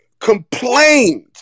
complained